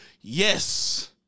yes